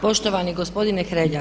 Poštovani gospodine Hrelja.